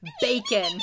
bacon